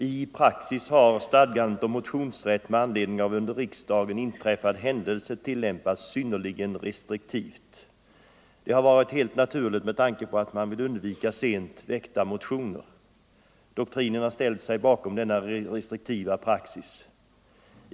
I praxis har stadgandet om motionsrätt med anledning av under riksdagen inträffad händelse tillämpats synnerligen restriktivt. Det har varit helt naturligt med tanke på att man vill undvika sent väckta motioner. Doktrinen har ställt sig bakom denna restriktiva praxis.